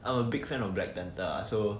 I'm a big fan of black panther ah so